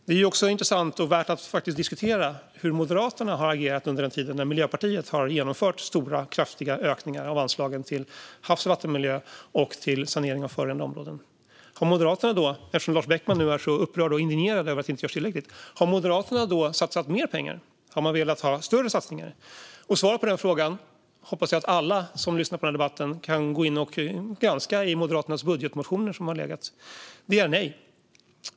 Det är också intressant, och värt att diskutera, hur Moderaterna har agerat under den tid när Miljöpartiet har genomfört stora, kraftiga ökningar av anslagen till havs och vattenmiljö och till sanering av förorenade områden. Eftersom Lars Beckman är så upprörd och indignerad över att det inte görs tillräckligt mycket, har Moderaterna satsat mer pengar? Har man velat ha större satsningar? Svaret på frågorna kan alla som lyssnar på debatten granska i Moderaternas budgetmotioner. Det är nej.